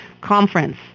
conference